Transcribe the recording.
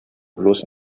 bloß